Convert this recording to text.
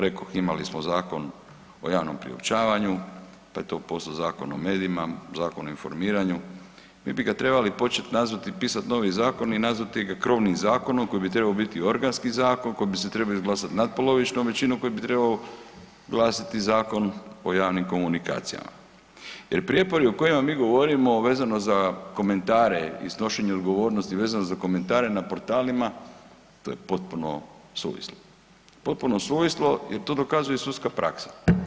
Rekoh, imali smo Zakon o javnom priopćavanju pa je to postao Zakon o medijima, Zakon o informiranju, mi bi ga trebali početi nazvati i pisati novi zakon i nazvati ga krovnim zakonom koji bi trebao biti organski zakon koji bi se trebao izglasati natpolovičnom većinom, koji bi trebao glasiti zakon o javnim komunikacijama jer prijepori o kojima mi govorimo vezano za komentare i snošenje odgovornosti vezano za komentare na portalima to je potpuno suvislo, potpuno suvislo jer to dokazuje sudska praksa.